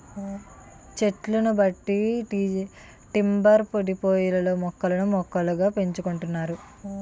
చెట్లను బట్టి టింబర్ డిపోలలో ముక్కలు ముక్కలుగా చేసుకుంటున్నారు